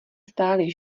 stály